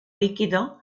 líquida